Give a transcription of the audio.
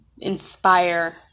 Inspire